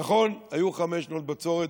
נכון, היו חמש שנות בצורת.